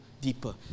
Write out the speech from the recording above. deeper